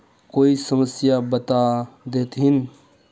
कोई समस्या बता देतहिन?